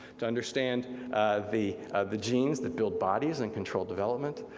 to understand the the genes that build bodies, and control development,